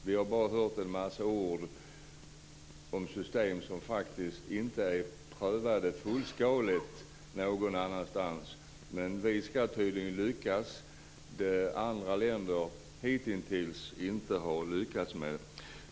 Vi har bara hört en massa ord om system som faktiskt inte är prövade fullskaligt någon annanstans. Men vi ska tydligen lyckas med det andra länder hittills inte har lyckats med.